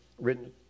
written